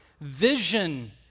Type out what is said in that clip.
vision